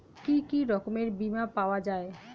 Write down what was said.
কি কি রকমের বিমা পাওয়া য়ায়?